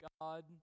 God